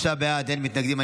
43 בעד, אין מתנגדים.